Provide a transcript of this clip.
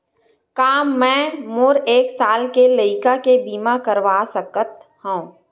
का मै मोर एक साल के लइका के बीमा करवा सकत हव?